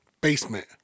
Basement